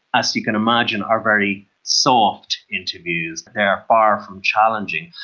as you can imagine, are very soft interviews, they are far from challenging.